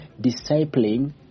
discipling